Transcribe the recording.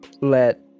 let